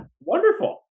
wonderful